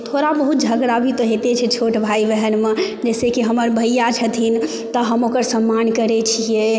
थोड़ा बहुत झगड़ा भी तऽ होइते छै छोट भाई बहनमे जैसेकि हमर भैया छथिन तऽ हम ओकर सम्मान करै छियै